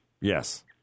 Yes